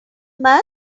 know